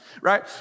right